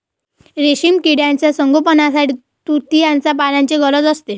रेशीम किड्यांच्या संगोपनासाठी तुतीच्या पानांची गरज असते